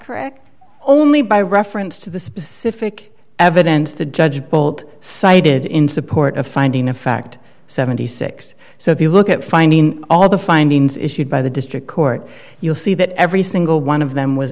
correct only by reference to the specific evidence the judge bolt cited in support a finding of fact seventy six dollars so if you look at finding all the findings issued by the district court you'll see that every single one of them was